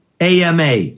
AMA